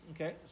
okay